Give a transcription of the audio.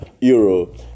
Euro